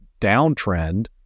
downtrend